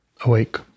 Awake